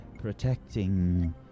protecting